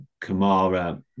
Kamara